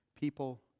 people